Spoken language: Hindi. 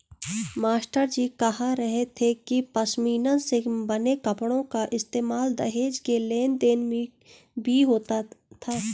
मास्टरजी कह रहे थे कि पशमीना से बने कपड़ों का इस्तेमाल दहेज के लेन देन में भी होता था